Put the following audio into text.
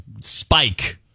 spike